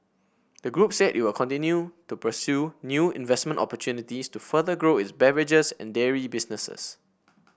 the group said that it will continue to pursue new investment opportunities to further grow its beverages and dairy businesses